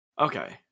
Okay